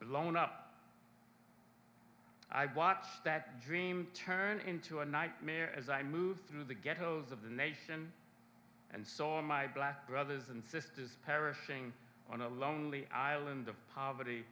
blown up i watched that dream turn into a nightmare as i moved through the ghettos of the nation and saw my black brothers and sisters perishing on a lonely island of poverty